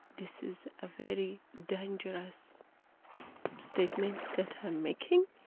this is a very dangerous statement that i'm making,